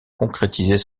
concrétiser